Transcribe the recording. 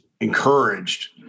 encouraged